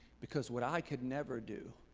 because what i could never do,